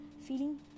feeling